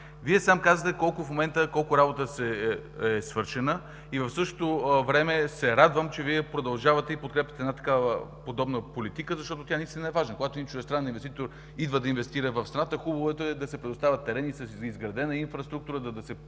Вие сам казвате колко работа е свършена. В същото време се радвам, че продължавате и подкрепяте подобна политика, защото тя наистина е важна. Когато един чуждестранен инвеститор идва да инвестира в страната, хубаво е да се предоставят терени с изградена инфраструктура, той да се